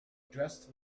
dressed